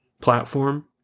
platform